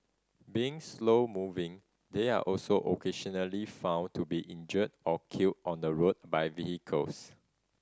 being slow moving they are also occasionally found to be injured or killed on the road by vehicles